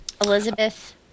elizabeth